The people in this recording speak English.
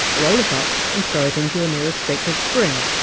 roll it up and throw it into your nearest sacred spring?